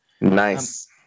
nice